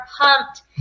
pumped